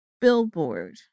billboard